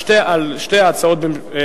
אבל אתה צריך להשיב על שתי ההצעות במשולב.